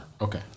Okay